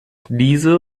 diese